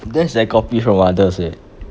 there's like copy from others eh